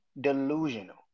delusional